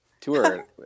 tour